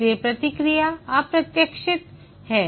इसलिए प्रक्रिया अप्रत्याशित है